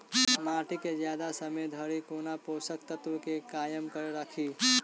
माटि केँ जियादा समय धरि कोना पोसक तत्वक केँ कायम राखि?